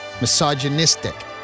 misogynistic